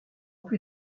plus